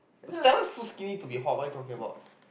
sounds so skinny to be hot what are you talking about